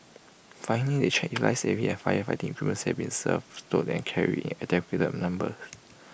finally they check if lifesaving and firefighting has been serviced stowed and carried in adequate numbers